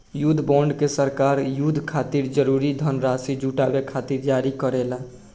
युद्ध बॉन्ड के सरकार युद्ध खातिर जरूरी धनराशि जुटावे खातिर जारी करेला